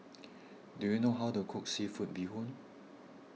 do you know how to cook Seafood Bee Hoon